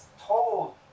told